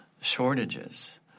shortages